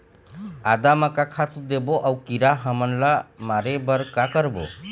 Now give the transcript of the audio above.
आदा म का खातू देबो अऊ कीरा हमन ला मारे बर का करबो?